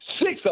six